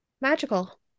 magical